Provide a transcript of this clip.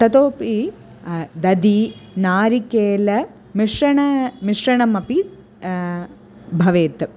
ततोपि दधिनारिकेलमिश्रणं मिश्रणमपि भवेत्